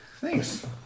Thanks